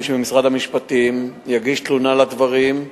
שבמשרד המשפטים ויגיש תלונה על הדברים.